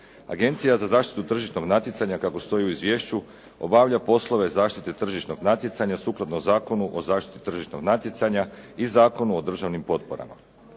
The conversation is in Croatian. Agencija za zaštitu tržišnog natjecanja kako stoji u izvješću obavlja poslove zaštite tržišnog natjecanja sukladno Zakonu o zaštiti tržišnog natjecanja i Zakonu o državnim potporama.